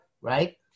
right